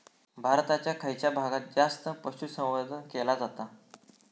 भारताच्या खयच्या भागात जास्त पशुसंवर्धन केला जाता?